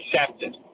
accepted